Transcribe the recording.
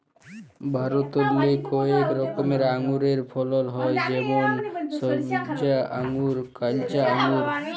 ভারতেল্লে কয়েক রকমের আঙুরের ফলল হ্যয় যেমল সইবজা আঙ্গুর, কাইলচা আঙ্গুর